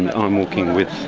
and i'm walking with